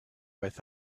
with